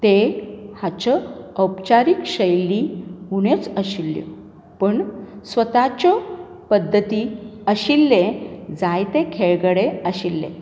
ते हाच्यो औपचारीक शैली उण्योच आशिल्ल्यो पूण स्वताच्यो पद्दती आशिल्ले जायते खेळगडे आशिल्ले